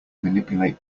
manipulate